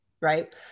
right